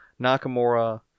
nakamura